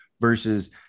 versus